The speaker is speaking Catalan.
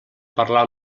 parlar